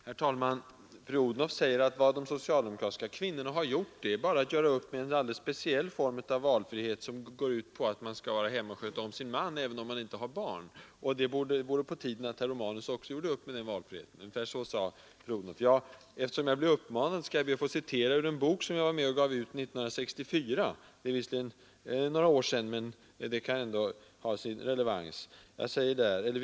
Herr talman! Statsrådet Odhnoff säger att vad de socialdemokratiska kvinnorna har gjort är bara att de har gjort upp med en speciell form av valfrihet, som går ut på att kvinnan skall vara hemma och sköta om sin man även om hon inte har barn. Hon sade också att det vore på tiden att herr Romanus också gjorde upp med den valfriheten. Eftersom jag blev uppmanad, skall jag citera ur en bok som jag var med om att ge ut 1964. Det är visserligen några år sedan, men innehållet är ändå aktuellt.